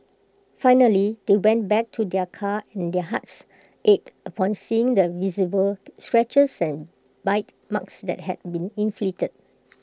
finally they went back to their car and their hearts ached upon seeing the visible scratches and bite marks that had been inflicted